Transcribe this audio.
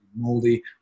moldy